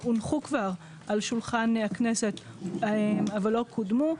שהונחו כבר על שולחן הכנסת אבל לא קודמו,